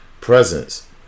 presence